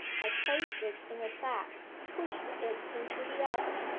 i placed it in a sack, pushed it into the oven,